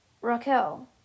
raquel